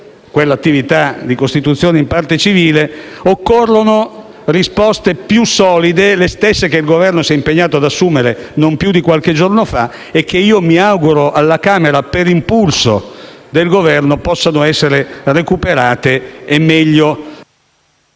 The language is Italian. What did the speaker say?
per l'attività di costituzione in parte civile, occorrono risposte più solide, le stesse che il Governo si è impegnato ad assumere non più di qualche giorno fa e che mi auguro nel passaggio alla Camera, per impulso del Governo, possano essere meglio